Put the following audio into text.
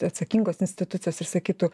atsakingos institucijos ir sakytų